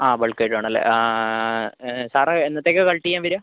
ആ ബൾക്ക് ആയിട്ട് വേണം അല്ലെ ആ സാറ് എന്നത്തേക്കാണ് കളക്ട് ചെയ്യാൻ വരിക